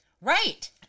Right